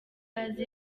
azi